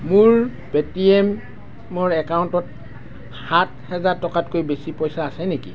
মোৰ পে'টিএমৰ একাউণ্টত সাত হেজাৰ টকাতকৈ বেছি পইচা আছে নেকি